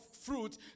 fruit